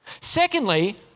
Secondly